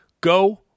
Go